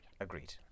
Agreed